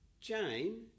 Jane